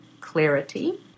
clarity